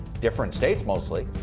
different states mostly,